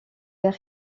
vert